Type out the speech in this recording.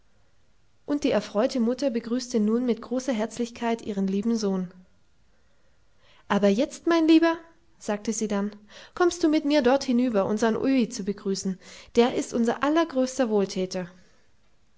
und die erfreute mutter begrüßte nun mit großer herzlichkeit ihren lieben sohn aber jetzt mein lieber sagte sie dann kommst du mit mir dort hinüber unsern öhi zu begrüßen der ist unser allergrößter wohltäter